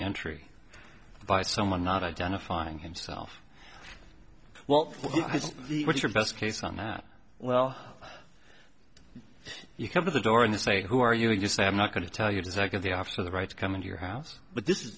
entry by someone not identifying himself well what's your best case on that well you come to the door and say who are you and you say i'm not going to tell you the second day after the rights come in your house but this is